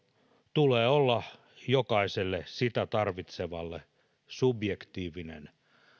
tulee olla jokaiselle sitä tarvitsevalle subjektiivinen